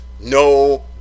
No